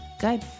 good